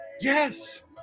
Yes